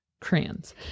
crayons